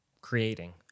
creating